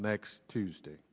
next tuesday